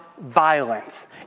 violence